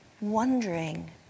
wondering